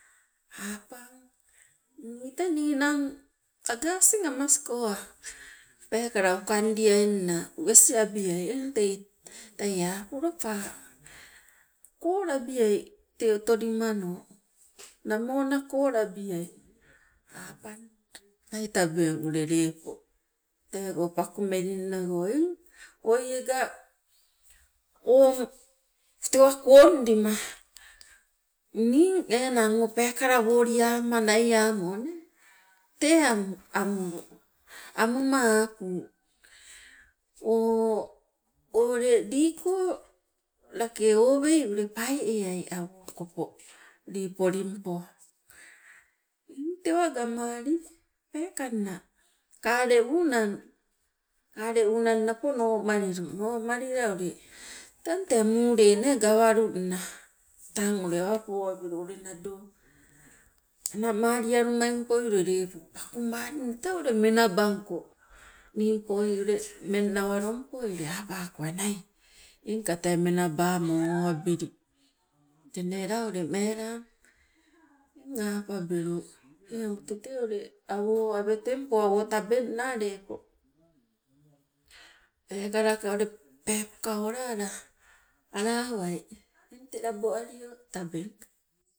Apang nii tee ninang aga amasko peekala ukandiaingna wesi abiai, eng teie apu lopa kolabiai te otolimano, namo na kolabiai apang enai tabeng ule lepo teego pakumelinna go eng oiega o tewa kondima ning tee peekala woliama naiamo amulu amuma apu o o ule liiko lake owai ule paieai awo okopo lii polingpo. Eng tewa gamali peekanna kale unang, kale unang napo noomalilu, noomalila ule tang tee muule nee gawalungna tang ule awa poabilu ule nado anamalia lumampoi lepo ule pakumaling tee ule menabangko. Ningpoi ule ummeng nawalongpoi apako enai engka tee menabamo owabili, tee nee laa ule meelang, eng apabilu eu tete ule awo awetempo awo tabenna lepo peekalaka ule peepoka olala alawai. Eng te labo alio tabeng.